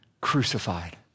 crucified